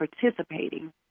participating